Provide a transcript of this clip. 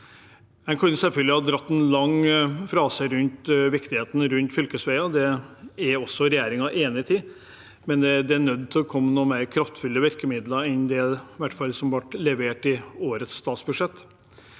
En kunne selvfølgelig dratt en lang frase rundt viktigheten av fylkesveier, det er også regjeringen enig i, men det er nødt til å komme noen mer kraftfulle virkemidler enn det som i hvert fall ble levert i årets statsbudsjett.